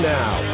now